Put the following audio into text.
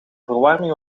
verwarming